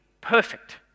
perfect